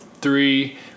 three –